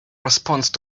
response